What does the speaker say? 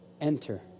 Enter